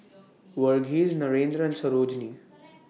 Verghese Narendra and Sarojini